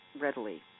readily